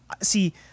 See